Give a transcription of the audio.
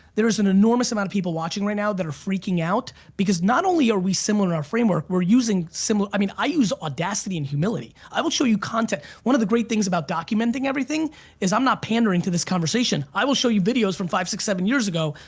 there's an enormous amount of people watching right now that are freaking out because not only are we similar in our framework, we're using similar, i mean i use audacity and humility. i will show you content, one of the great things about documenting everything is i'm not pandering to this conversation. i will show you videos from five, six, seven years ago,